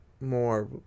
more